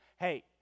Hey